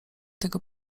tego